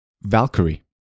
Valkyrie